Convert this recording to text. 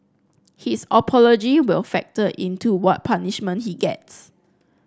his apology will factor in to what punishment he gets